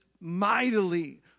mightily